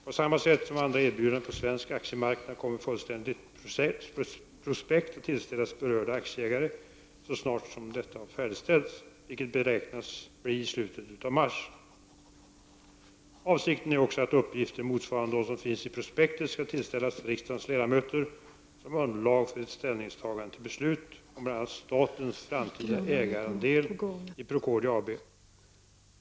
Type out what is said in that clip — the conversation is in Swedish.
På samma sätt som andra erbjudanden på svensk aktiemarknad kommer fullständigt prospekt att tillställas berörda aktieägare, så snart detta färdigställts, vilket beräknas bli i slutet av mars. Avsikten är också att uppgifter motsvarande dem som finns i prospektet skall tillställas riksdagens ledamöter som underlag inför ett ställningstagande till beslut om bl.a. statens framtida ägarandel i Procordia AB.